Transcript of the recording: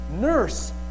nurse